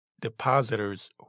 depositors